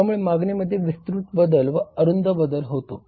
त्यामुळे मागणीमध्ये विस्तृत बदल व अरुंद बदल होतो